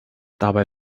dabei